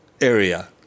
area